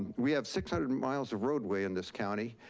we have six hundred and miles of roadway in this county.